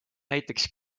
näiteks